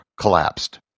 collapsed